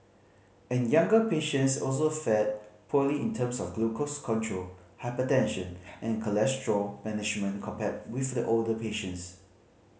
and younger patients also fared poorly in terms of glucose control hypertension and cholesterol management compared with the older patients